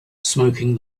smoking